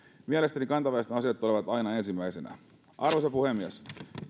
mielestäni kantaväestön asiat tulevat aina ensimmäisenä arvoisa puhemies